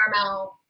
caramel